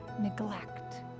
neglect